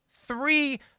three